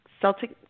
Celtic